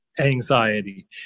anxiety